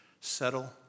settle